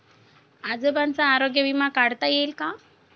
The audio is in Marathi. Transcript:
आजोबांचा आरोग्य विमा काढता येईल का?